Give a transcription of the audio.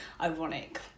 ironic